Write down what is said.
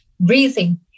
breathing